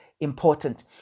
important